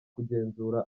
kugenzura